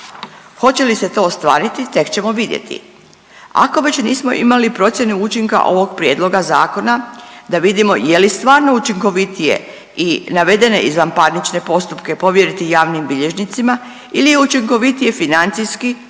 Hoće li se to ostvariti tek ćemo vidjeti. Ako već nismo imali procjene učinka ovog prijedloga zakona da vidimo je li stvarno učinkovitije i navedene izvanparnične postupke povjeriti javnim bilježnicima ili učinkovitije financijski